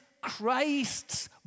Christ's